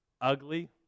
ugly